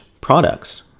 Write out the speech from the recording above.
products